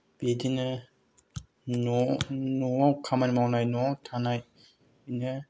बिदिनो न' न'आव खामानि मावनाय न'आव थानाय बिदिनो